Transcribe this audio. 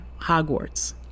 Hogwarts